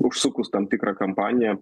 užsukus tam tikrą kampaniją